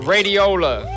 Radiola